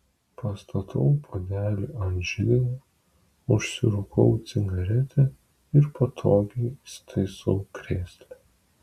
pastatau puodelį ant židinio užsirūkau cigaretę ir patogiai įsitaisau krėsle